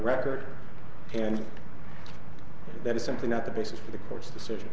record and that is simply not the basis for the court's decision